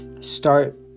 start